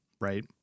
Right